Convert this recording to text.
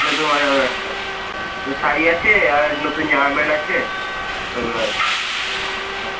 নতুন জামা কাপড় কয়েকটা ওই শাড়ি আছে আর নতুন জামা প্যান্ট আছে ওগুলো আছে হ্যাঁ